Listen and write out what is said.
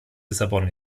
lissabon